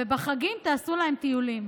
ובחגים תעשו להם טיולים.